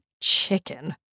chicken